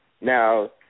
Now